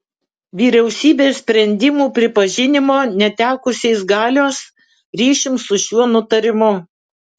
vyriausybės sprendimų pripažinimo netekusiais galios ryšium su šiuo nutarimu